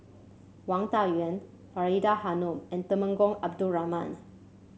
Wang Dayuan Faridah Hanum and Temenggong Abdul Rahman